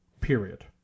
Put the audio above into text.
period